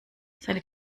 seine